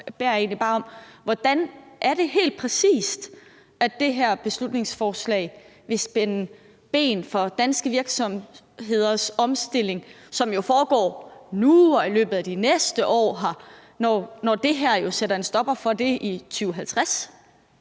hvordan det helt præcis er, at det her beslutningsforslag vil spænde ben for danske virksomheders omstilling, som foregår nu og i løbet af de næste år, når det her jo sætter en stopper for det i 2050.